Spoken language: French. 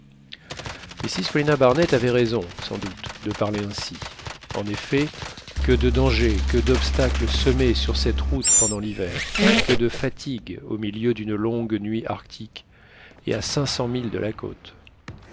mrs paulina barnett avait raison sans doute de parler ainsi en effet que de dangers que d'obstacles semés sur cette route pendant l'hiver que de fatigues au milieu d'une longue nuit arctique et à cinq cents milles de la côte